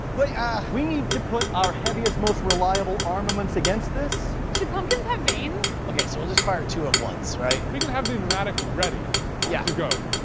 we ah we need to put our heaviest most reliable armaments against this. should pumpkins have veins? okay so we'll just fire two at once, right? we can have the pneumatic ready yeah to go,